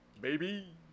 baby